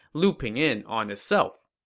looping in on itself.